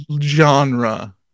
genre